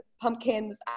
pumpkins